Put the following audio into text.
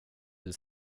till